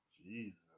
Jesus